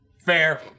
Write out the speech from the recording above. Fair